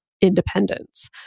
independence